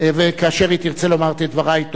כאשר היא תרצה לומר את דברה, היא תאמר.